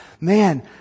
man